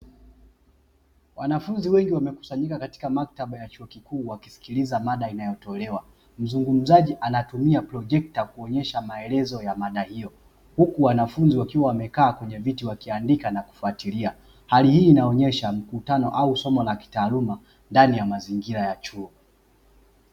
Wanafunzi wengi wamekusanyika katika maktaba ya chuo kikuu wakisikiliza mada inayotolewa, mzungumzaji anatumia projekta kuonyesha maelezo ya mada hiyo, huku wanafunzi wakiwa wamekaa kwenye viti wakiandika na kufuatilia; hali hii inaonyesha mkutano au somo la kitaaluma ndani ya mazingira ya chuo.